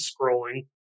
scrolling